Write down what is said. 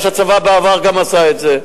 אני יודע שהצבא בעבר עשה את זה.